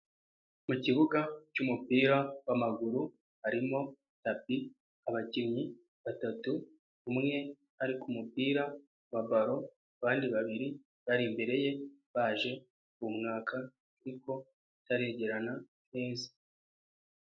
Mu kibuga cy'umupira w'amaguru harimo tapi, abakinnyi batatu, umwe ariko kumupira wa ballon abandi babiri bari imbere ye baje kumwaka nibwo itaregerana neza.